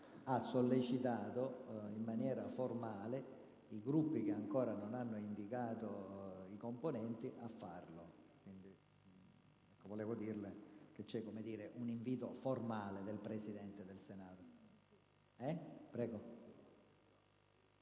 ha sollecitato in maniera formale i Gruppi che ancora non hanno indicato i propri componenti. Volevo informarla che c'è un invito formale del Presidente del Senato.